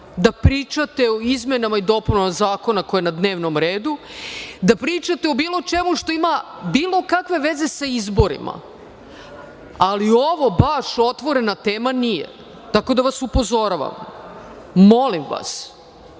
da pričate o izmenama i dopunama zakona koji je na dnevnom redu, da pričate o bilo čemu što ima bilo kakve veze sa izborima, ali ovo baš otvorena tema nije, tako da vas upozoravam. Molim vas,